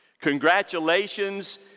congratulations